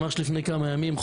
ממש לפני כמה ימים,